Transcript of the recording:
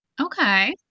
Okay